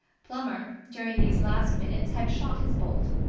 plummer, during these last minutes, had shot his bolt.